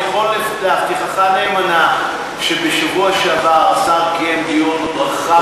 אני יכול להבטיחך נאמנה שבשבוע שעבר השר קיים דיון רחב,